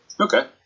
Okay